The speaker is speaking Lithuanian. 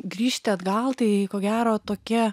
grįžti atgal tai ko gero tokie